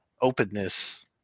openness